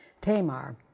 Tamar